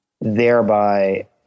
thereby